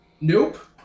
Nope